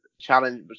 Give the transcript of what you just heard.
challenge